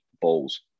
balls